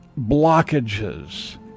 blockages